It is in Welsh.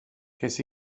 ces